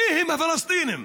מיהם הפלסטינים.